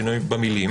שינוי במילים